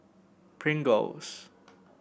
Pringles